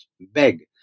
Beg